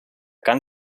can